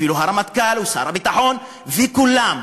אפילו הרמטכ"ל ושר הביטחון וכולם.